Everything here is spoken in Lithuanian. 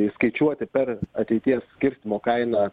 įskaičiuoti per ateities skirstymo kainą